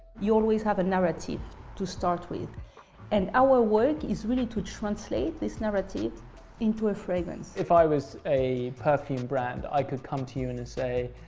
you always have a narrative to start with and our work is really to translate this narrative into a fragrance. if i was a perfume brand i could come to you and and say,